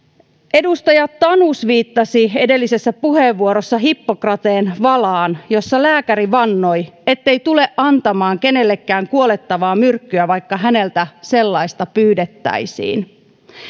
edustaja tanus viittasi edellisessä puheenvuorossa hippokrateen valaan jossa lääkäri vannoi ettei tule antamaan kenellekään kuolettavaa myrkkyä vaikka häneltä sellaista pyydettäisiin